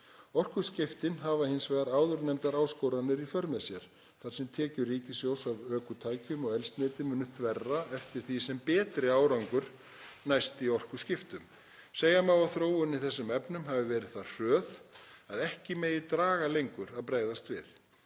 Orkuskiptin hafa hins vegar áðurnefndar áskoranir í för með sér þar sem tekjur ríkis¬sjóðs af ökutækjum og eldsneyti munu þverra eftir því sem betri árangur næst í orkuskiptum. Segja má að þróunin í þessum efnum hafi verið það hröð að ekki megi draga lengur að bregðast við.